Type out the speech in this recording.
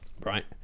right